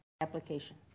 application